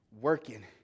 working